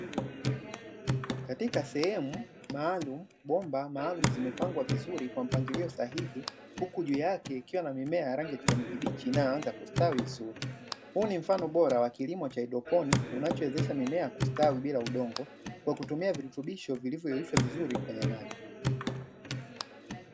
Kakika sehemu maalumu bomba maalumu zimepangwa vizuri kwa mpangilio sahihi huku juu yake kukiwa na mimea yenye rangi ya kijani kibichi iliyostawi vizuri. Huu ni mfano wa kilimo cha haidroponi kwa kutumia virutubisho vilivyoyeyushwa vizuri kwenye maji.